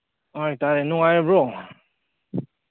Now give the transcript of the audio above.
ꯇꯥꯏ ꯇꯥꯏ ꯅꯨꯡꯉꯥꯏꯔꯤꯕ꯭ꯔꯣ